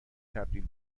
تبدیل